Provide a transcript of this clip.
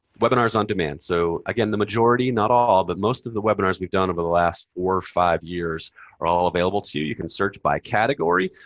webinars on demand. so again, the majority not all but most of the webinars we've done over the last four or five years are all available to you. you can search by category,